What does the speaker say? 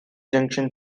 junction